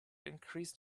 increased